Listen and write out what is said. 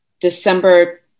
december